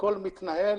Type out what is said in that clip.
הכול מתנהל